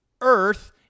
earth